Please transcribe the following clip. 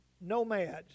nomads